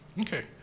okay